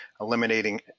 eliminating